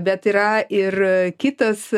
bet yra ir kitas